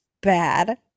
Bad